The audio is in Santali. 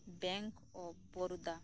bank of Baroda